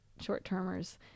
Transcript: short-termers